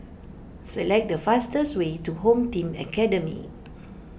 select the fastest way to Home Team Academy